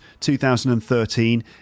2013